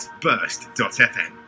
Burst.fm